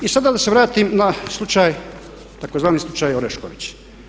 I sada da se vratim na slučaj tzv. slučaj Orešković.